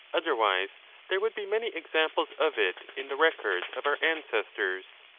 otherwise there would be many examples of it in the records of our ancestors.